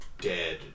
dead